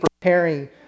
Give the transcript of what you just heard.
Preparing